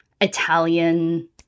Italian